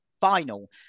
final